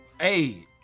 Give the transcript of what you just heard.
Hey